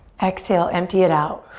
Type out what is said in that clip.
exhale, empty it out.